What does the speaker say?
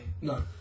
No